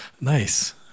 nice